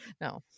No